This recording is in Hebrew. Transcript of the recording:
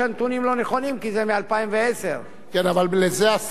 כן, אבל לזה השר לא התכונן מבחינת המידע.